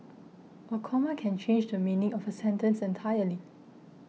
a comma can change the meaning of a sentence entirely